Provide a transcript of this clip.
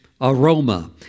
aroma